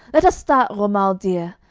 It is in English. let us start, romuald, dear.